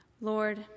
Lord